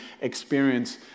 experience